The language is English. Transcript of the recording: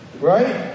Right